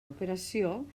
operació